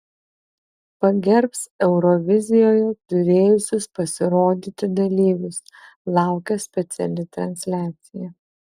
pagerbs eurovizijoje turėjusius pasirodyti dalyvius laukia speciali transliacija